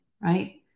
right